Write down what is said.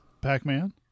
Pac-Man